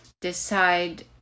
decide